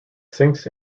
sinks